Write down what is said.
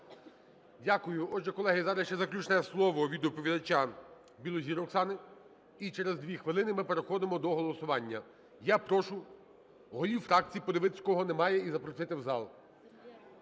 Дякую. Отже, колеги, зараз ще заключне слово від доповідача – Білозір Оксани. І через 2 хвилини ми переходимо до голосування. Я прошу голів фракцій подивитись, кого немає, і запросити в зал.